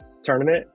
Tournament